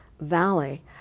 Valley